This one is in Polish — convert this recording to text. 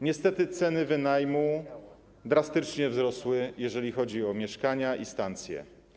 Niestety ceny wynajmu drastycznie wzrosły, jeżeli chodzi o mieszkania i stancje.